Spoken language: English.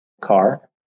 car